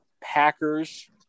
Packers